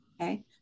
okay